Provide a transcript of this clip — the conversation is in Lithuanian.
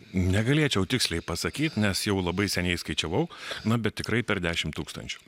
negalėčiau tiksliai pasakyt nes jau labai seniai skaičiavau na bet tikrai per dešimt tūkstančių